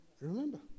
Remember